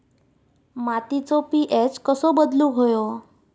मातीचो पी.एच कसो बदलुक होयो?